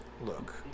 look